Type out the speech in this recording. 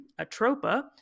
Atropa